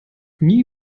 nie